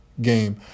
game